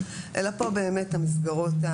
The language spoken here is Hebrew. אלא פה באמת המסגרות,